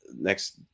next